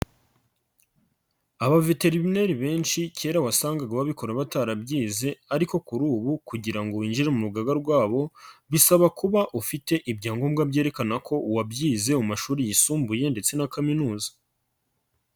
Abaveterineiri benshi kera wasangaga babikora batarabyize ariko kuri ubu kugira ngo winjire mu rugaga rwabo, bisaba kuba ufite ibyangombwa byerekana ko uwabyize mu mashuri yisumbuye ndetse na kaminuza.